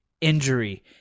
injury